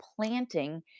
planting